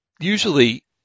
Usually